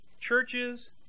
Churches